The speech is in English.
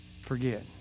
Forget